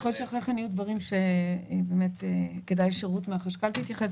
יכול להיות שאחרי כן יהיו דברים שכדאי שרות מהחשכ"ל תתייחס,